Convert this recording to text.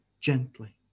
gently